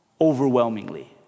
Overwhelmingly